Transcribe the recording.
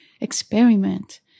experiment